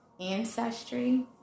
ancestry